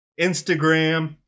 Instagram